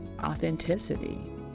authenticity